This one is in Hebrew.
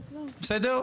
בסדר?